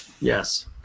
Yes